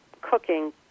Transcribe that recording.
cooking